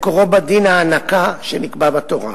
מקורו בדין הענקה, שנקבע בתורה.